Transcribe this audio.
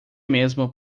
mesmo